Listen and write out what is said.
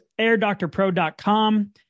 airdoctorpro.com